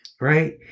right